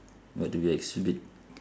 what do they exhibit